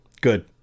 good